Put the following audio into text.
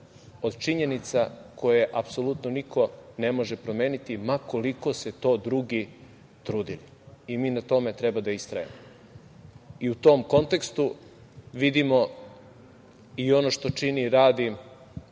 od činjenica koje apsolutno niko ne može promeniti, ma koliko se to drugi trudili i mi na tome treba da istrajemo i u tom kontekstu vidimo i ono što čini i radi,